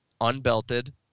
unbelted